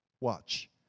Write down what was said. Watch